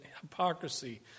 hypocrisy